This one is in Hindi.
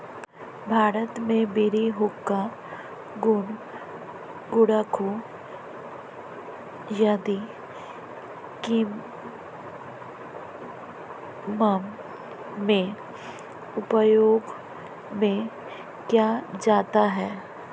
भारत में बीड़ी हुक्का गुल गुड़ाकु जर्दा किमाम में उपयोग में किया जाता है